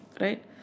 right